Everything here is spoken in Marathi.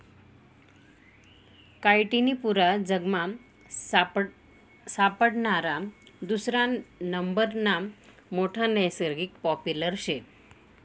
काइटीन पुरा जगमा सापडणारा दुसरा नंबरना मोठा नैसर्गिक पॉलिमर शे